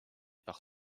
par